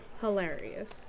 hilarious